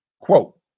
Quote